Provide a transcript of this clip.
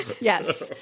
Yes